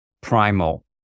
primal